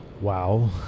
Wow